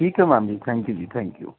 ਠੀਕ ਹੈ ma'am ji thank you ji thank you